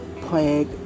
plague